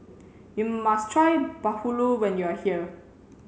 you must try Bahulu when you are here